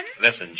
Listen